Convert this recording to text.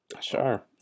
Sure